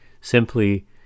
simply